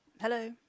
Hello